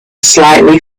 slightly